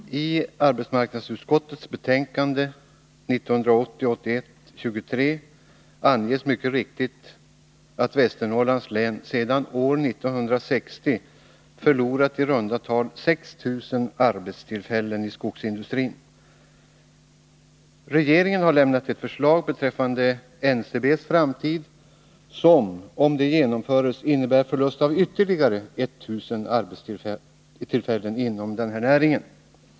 Herz talman! I arbetsmarknadsutskottets betänkande 1980/81:23 anges mycket riktigt att Västernorrlands län sedan år 1960 förlorat i runt tal 6 000 arbetstillfällen i skogsindustrin. Regeringen har lämnat ett förslag beträffande NCB:s framtid, som, om det genomförs, innebär förlust av ytterligare 1000 arbetstillfällen inom denna näring.